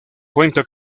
cuenta